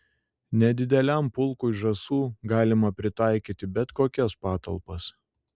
nedideliam pulkui žąsų galima pritaikyti bet kokias patalpas